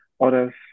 Others